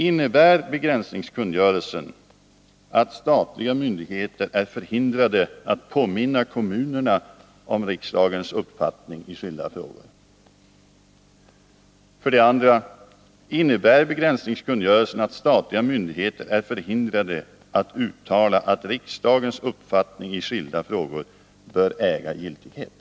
Innebär begränsningskungörelsen att statliga myndigheter är förhindrade att påminna kommunerna om riksdagens uppfattning i skilda frågor? 2. Innebär begränsningskungörelsen att statliga myndigheter är förhindrade att uttala att riksdagens uppfattning i skilda frågor bör äga giltighet?